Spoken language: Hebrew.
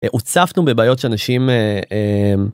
הוצפנו בבעיות שאנשים... אהה.. אהמ..